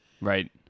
Right